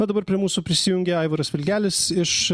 na dabar prie mūsų prisijungė aivaras vilkelis iš